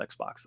Xbox